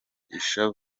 ishavu